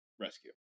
rescue